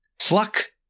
pluck